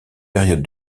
période